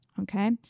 okay